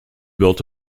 built